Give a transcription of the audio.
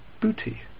booty